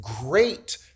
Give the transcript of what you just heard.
great